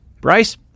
Bryce